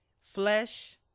flesh